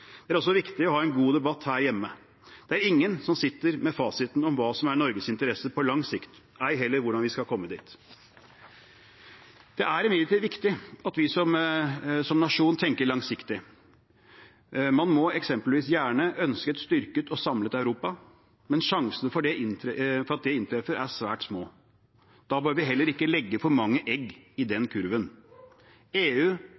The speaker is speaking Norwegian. Det er også viktig å ha en god debatt her hjemme. Det er ingen som sitter med fasiten om hva som er Norges interesser på lang sikt, ei heller hvordan vi skal komme dit. Det er imidlertid viktig at vi som nasjon tenker langsiktig. Man må eksempelvis gjerne ønske et styrket og samlet Europa, men sjansene for at det inntreffer, er svært små. Da bør vi heller ikke legge for mange egg i den kurven. EU